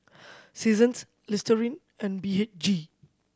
Seasons Listerine and B H G